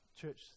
church